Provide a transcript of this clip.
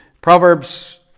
Proverbs